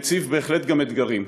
מציב בהחלט גם אתגרים.